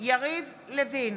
יריב לוין,